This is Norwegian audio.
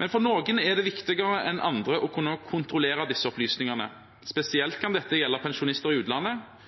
Men for noen er det viktigere enn for andre å kunne kontrollere disse opplysningene. Spesielt kan dette gjelde pensjonister i utlandet.